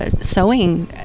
sewing